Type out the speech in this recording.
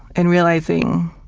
and realizing